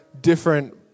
different